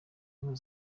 ubumwe